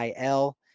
IL